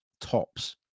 tops